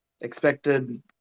expected